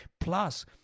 plus